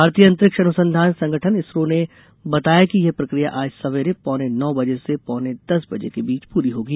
भारतीय अंतरिक्ष अनुसंधान संगठन इसरो ने बताया कि यह प्रक्रिया आज सवेरे पौने नौ बर्ज से पौने दस बजे के बीच पूरी होगी